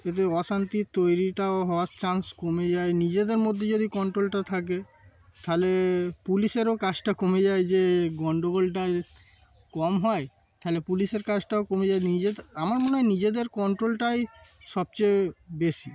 এতে অশান্তি তৈরিটাও হওয়ার চান্স কমে যায় নিজেদের মধ্যে যদি কন্ট্রোলটা থাকে তাহলে পুলিশেরও কাজটা কমে যায় যে গণ্ডগোলটা কম হয় তাহলে পুলিশের কাজটাও কমে যায় নিজেদের আমার মনে হয় নিজেদের কন্ট্রোলটাই সবচেয়ে বেশি